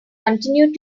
continue